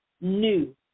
New